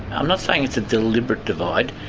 i'm not saying it's a deliberate divide,